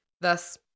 Thus